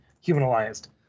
humanized